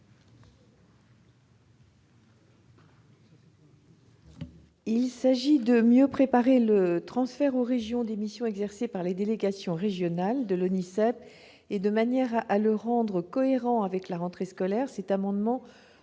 Il s'agit de mieux préparer le transfert aux régions des missions exercées par les délégations régionales de l'ONISEP. De manière à le rendre cohérent avec la rentrée scolaire, cet amendement